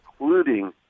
including –